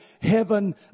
heaven